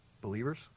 Believers